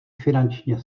finančně